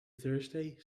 thursday